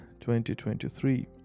2023